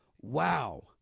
Wow